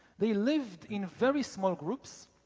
they lived in very small groups.